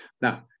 Now